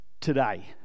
today